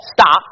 STOP